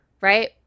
right